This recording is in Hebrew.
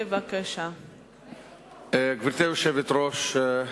גברתי היושבת-ראש,